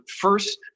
first